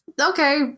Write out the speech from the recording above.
Okay